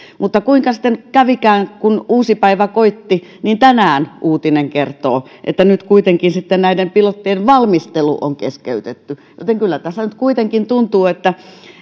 mutta kuinka sitten kävikään kun uusi päivä koitti tänään uutinen kertoo että nyt kuitenkin näiden pilottien valmistelu on keskeytetty joten kyllä nyt kuitenkin tuntuu että